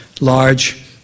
large